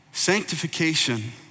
Sanctification